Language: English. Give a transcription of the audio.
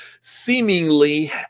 seemingly